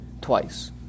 twice